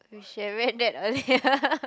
we should have read that earlier